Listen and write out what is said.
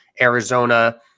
Arizona